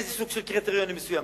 איזה סוג של קריטריונים מסוימים,